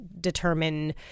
determine